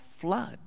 flood